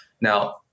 Now